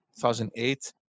2008